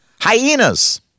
Hyenas